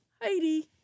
Heidi